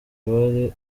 abari